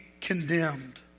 condemned